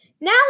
Now